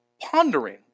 pondering